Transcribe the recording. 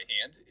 hand